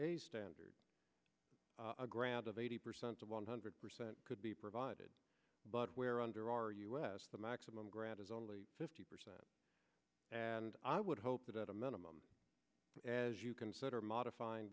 a standard a grant of eighty percent of one hundred percent could be provided but where under our us the maximum grant is only fifty percent and i would hope that at a minimum as you consider modifying